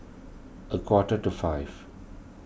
a quarter to five